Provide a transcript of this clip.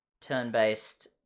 turn-based